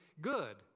good